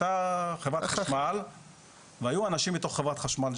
הייתה חברת החשמל והיו אנשים מתוך חברת חשמל,